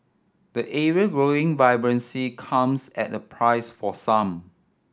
the area growing vibrancy comes at the price for some